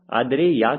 ಆದರೆ ಯಾಕೆ